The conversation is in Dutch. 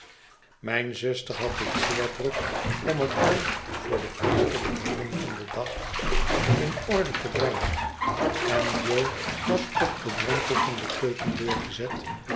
mijne zuster had het zeer druk om het huis voor ie feestelijkheden van den dag in orde te brengen en jo was op den drempel van de keukendeur gezet